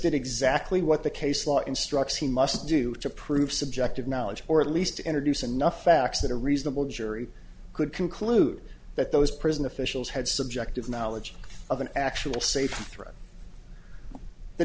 did exactly what the case law instructs he must do to prove subjective knowledge or at least introduce enough facts that a reasonable jury could conclude that those prison officials had subjective knowledge of an actual safe threat the